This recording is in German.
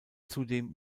zudem